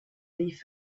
leave